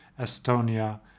Estonia